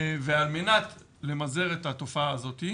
ועל מנת למזער את התופעה הזאת,